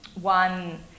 One